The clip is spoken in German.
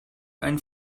einen